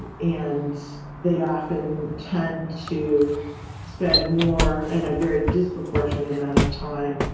and they often tend to spend more in a very disproportionate amount of time.